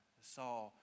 saw